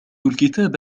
الكتاب